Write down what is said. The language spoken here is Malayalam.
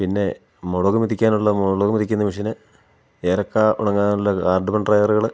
പിന്നെ മുളക് മെതിക്കാനുള്ള മുളക് മെതിക്കുന്ന മെഷിന് ഏലക്ക ഉണങ്ങാനുള്ള കാർഡമം ഡ്രയറുകൾ